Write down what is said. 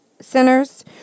centers